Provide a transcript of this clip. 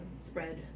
spread